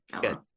Good